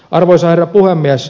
arvoisa herra puhemies